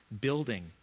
building